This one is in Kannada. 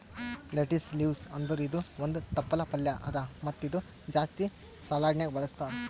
ಲೆಟಿಸ್ ಲೀವ್ಸ್ ಅಂದುರ್ ಇದು ಒಂದ್ ತಪ್ಪಲ್ ಪಲ್ಯಾ ಅದಾ ಮತ್ತ ಇದು ಜಾಸ್ತಿ ಸಲಾಡ್ನ್ಯಾಗ ಬಳಸ್ತಾರ್